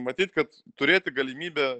matyt kad turėti galimybę